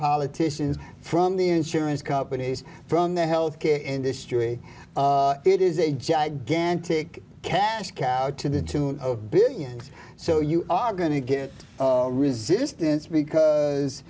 politicians from the insurance companies from the health care industry it is a gigantic cash cow to the tune of billions so you are going to get resistance because